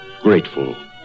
grateful